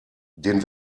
den